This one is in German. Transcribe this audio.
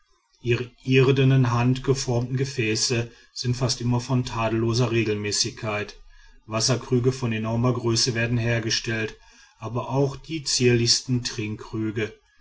ihre irdenen handgeformten gefäße sind fast immer von tadelloser regelmäßigkeit wasserkrüge von enormer größe werden hergestellt aber auch die zierlichsten